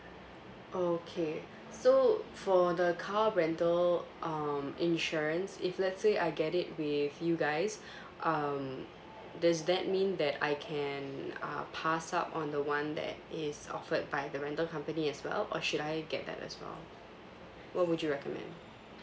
okay so for the car rental um insurance if let's say I get it with you guys um does that mean that I can uh pass up on the [one] that is offered by the rental company as well or should I get that as well what would you recommend